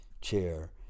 chair